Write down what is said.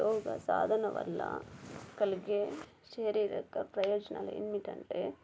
యోగా సాధన వల్ల కలిగే శరీరక ప్రయోజనాలు ఏమిటంటే